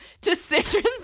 Decisions